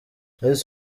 miss